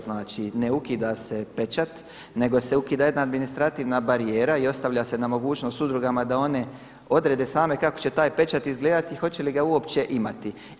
Znači ne ukida se pečat nego se ukida jedna administrativna barijera i ostavlja se na mogućnost udrugama da one odrede same kako će taj pečat izgledati i hoće li ga uopće imati.